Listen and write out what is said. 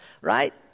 Right